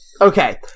Okay